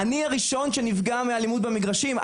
אני הראשון שנפגע מאלימות במגרשים,